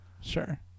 Sure